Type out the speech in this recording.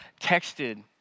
texted